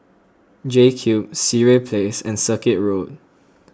JCube Sireh Place and Circuit Road